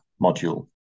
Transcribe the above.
module